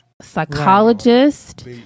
psychologist